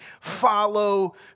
follow